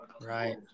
Right